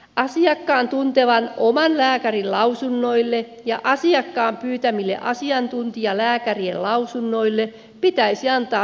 asiakkaan tuntevan oman lääkärin lausunnoille ja asiakkaan pyytämille asiantuntijalääkärien lausunnoille pitäisi antaa suurempi arvo